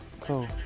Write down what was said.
cool